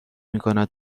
میکند